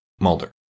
Mulder